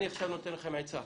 אני עכשיו נותן לכם עצה